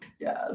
Yes